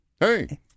Hey